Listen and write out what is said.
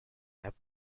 have